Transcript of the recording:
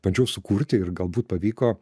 bandžiau sukurti ir galbūt pavyko